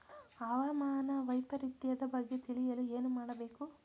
ಹವಾಮಾನ ವೈಪರಿತ್ಯದ ಬಗ್ಗೆ ತಿಳಿಯಲು ಏನು ಮಾಡಬೇಕು?